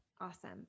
Awesome